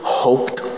hoped